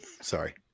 Sorry